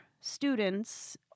students